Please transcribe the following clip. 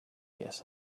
guess